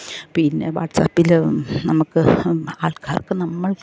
പിന്നെ വാട്സാപ്പിലും നമുക്ക് ആൾക്കാർക്ക് നമ്മൾക്ക്